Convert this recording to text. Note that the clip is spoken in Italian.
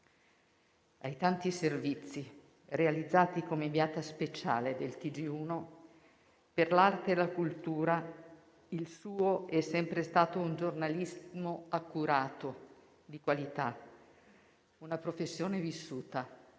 ai tanti servizi realizzati come inviata speciale del TG1 per l'arte e la cultura, il suo è sempre stato un giornalismo accurato, di qualità, una professione vissuta